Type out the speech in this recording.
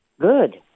Good